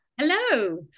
Hello